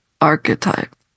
archetype